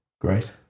Great